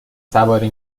سواری